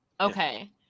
Okay